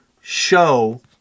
show